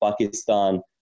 Pakistan